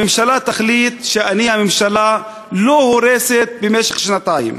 הממשלה תחליט, אני, הממשלה, לא הורסת במשך שנתיים.